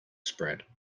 spread